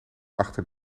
achter